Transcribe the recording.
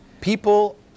people